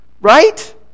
right